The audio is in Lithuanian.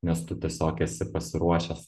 nes tu tiesiog esi pasiruošęs